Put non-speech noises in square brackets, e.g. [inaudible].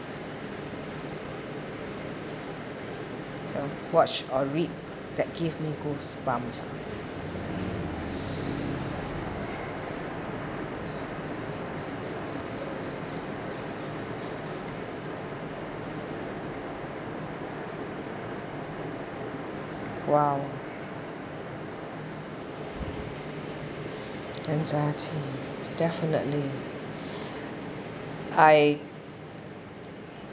so watch or read that give me goosebumps ah !wow! anxiety definitely [breath] I